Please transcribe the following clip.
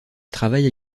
travaille